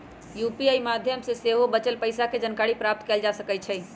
UPI माध्यम से सेहो बचल पइसा के जानकारी प्राप्त कएल जा सकैछइ